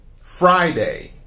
Friday